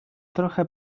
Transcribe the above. trochę